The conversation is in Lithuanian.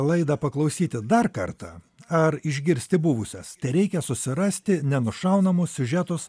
laidą paklausyti dar kartą ar išgirsti buvusias tereikia susirasti nenušaunamus siužetus